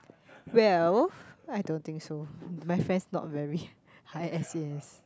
well I don't think so my friends not very high S_E_S